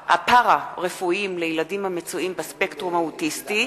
הפארה-רפואיים לילדים המצויים בספקטרום האוטיסטי),